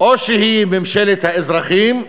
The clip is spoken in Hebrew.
או שהיא ממשלת האזרחים,